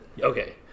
Okay